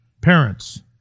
Parents